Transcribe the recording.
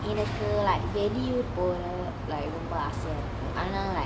வெளி ஊர் போவ:veli uur pova like ரொம்ப ஆசையா இருக்கு அனா:romba aasaya iruku ana like